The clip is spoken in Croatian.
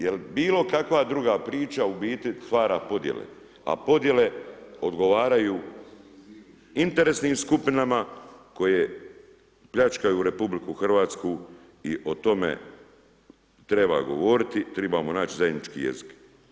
Jer bilo kakva druga priča u biti stvara podjele a podjele odgovaraju interesnim skupinama koje pljačkaju RH i o tome treba govoriti, trebamo naći zajednički jezik.